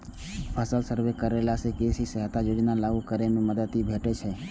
फसल सर्वे करेला सं कृषि सहायता योजना लागू करै मे मदति भेटैत छैक